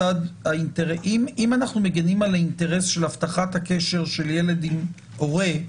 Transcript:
אם אנחנו מגנים על האינטרס של הבטחת הקשר של ילד עם הורה,